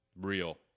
Real